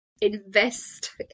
invest